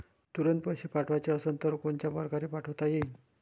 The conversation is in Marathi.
तुरंत पैसे पाठवाचे असन तर कोनच्या परकारे पाठोता येईन?